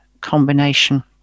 combination